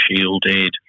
shielded